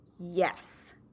Yes